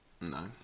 no